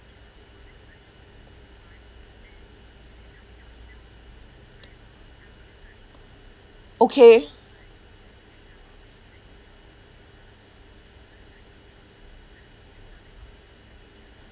okay